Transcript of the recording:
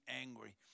angry